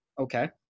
Okay